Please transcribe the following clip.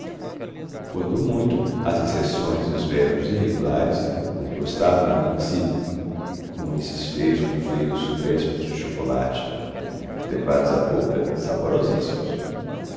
quando muito as exceções e os verbos irregulares desgostavam me a principio como esses feios confeitos crespos de chocolate levados a boca saborosíssimos